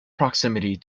proximity